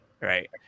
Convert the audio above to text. Right